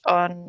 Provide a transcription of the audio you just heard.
on